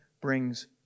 brings